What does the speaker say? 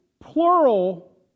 plural